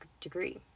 degree